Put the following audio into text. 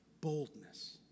boldness